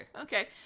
Okay